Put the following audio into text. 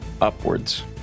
upwards